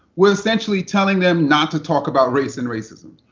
we're essentially telling them not to talk about race and racism.